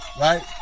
Right